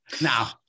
now